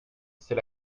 c’est